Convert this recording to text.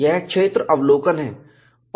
यह क्षेत्र अवलोकन है